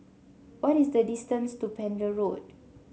what is the distance to Pender Road